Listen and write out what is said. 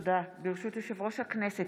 ברשות יושב-ראש הכנסת,